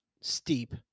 steep